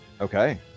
Okay